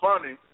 funny